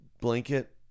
blanket